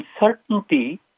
uncertainty